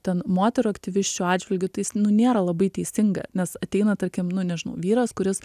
ten moterų aktyvisčių atžvilgiu tai jis nu nėra labai teisinga nes ateina tarkim nu nežinau vyras kuris